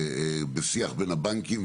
בשיח בין הבנקים,